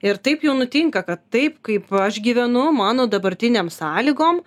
ir taip jau nutinka kad taip kaip aš gyvenu mano dabartinėm sąlygom